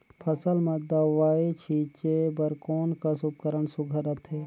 फसल म दव ई छीचे बर कोन कस उपकरण सुघ्घर रथे?